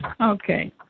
Okay